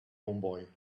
homeboy